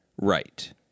Right